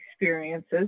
experiences